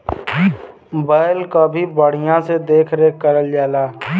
बैल क भी बढ़िया से देख रेख करल जाला